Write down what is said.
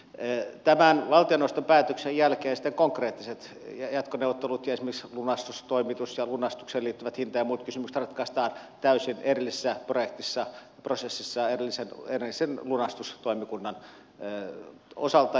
tämän valtioneuvoston päätöksen jälkeen konkreettiset jatkoneuvottelut ja esimerkiksi lunastustoimitus ja lunastukseen liittyvät hinta ja muut kysymykset ratkaistaan täysin erillisessä projektissa prosessissa erillisen lunastustoimikunnan osalta